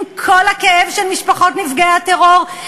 עם כל הכאב של משפחות נפגעי הטרור,